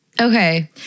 Okay